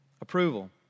approval